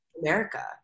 America